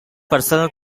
personal